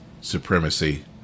supremacy